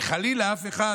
שחלילה אף אחד